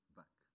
back